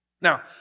Now